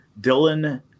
dylan